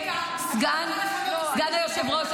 סגן היושב-ראש,